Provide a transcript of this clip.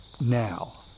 now